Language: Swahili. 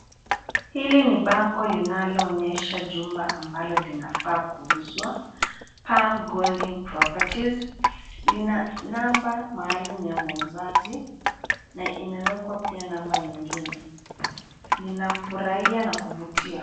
Hili ni bango linaloonyesha jumba ambalo linafaa kuuzwa, Pam Golding Properties. Lina number maalum ya mwuuzaji na imewekwa pia namba nyingine. Linafurahia na kuvutia.